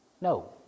No